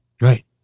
Right